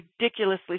ridiculously